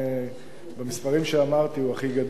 במספרים שאמרתי הוא הכי גדול,